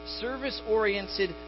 Service-oriented